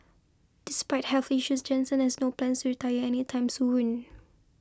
despite health issues Jansen has no plans retire any time soon